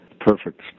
perfect